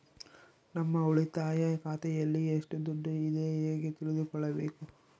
ನಮ್ಮ ಉಳಿತಾಯ ಖಾತೆಯಲ್ಲಿ ಎಷ್ಟು ದುಡ್ಡು ಇದೆ ಹೇಗೆ ತಿಳಿದುಕೊಳ್ಳಬೇಕು?